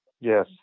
Yes